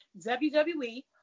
WWE